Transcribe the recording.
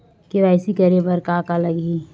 KYC करे बर का का लगही?